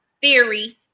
theory